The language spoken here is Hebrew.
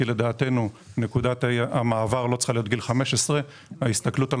כי לדעתנו נקודת המעבר לא צריכה להיות בגיל 15. ההסתכלות על